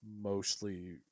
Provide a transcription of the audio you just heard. mostly